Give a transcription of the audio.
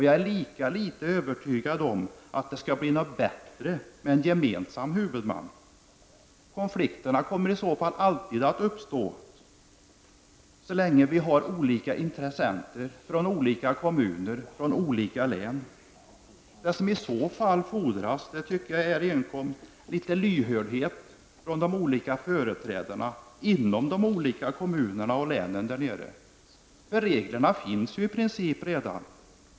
Jag är lika litet övertygad om att det skulle bli bättre med en gemensam huvudman. Konflikter kommer i så fall alltid att uppstå så länge vi har olika intressenter från olika kommuner och olika län. Vad som i så fall fordras är litet lyhördhet från de olika företrädarna inom de olika kommunerna och länen. Reglerna finns ju i princip redan.